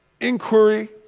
inquiry